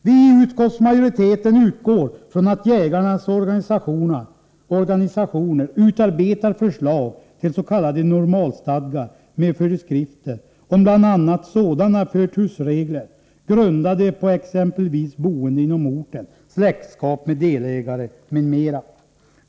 Vi i utskottsmajoriteten utgår från att jägarnas organisationer utarbetar förslag till s.k. normalstadgar med föreskrifter om bl.a. förtursregler, grundade på exempelvis boende inom orten, släktskap med delägare m.m.